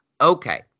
Okay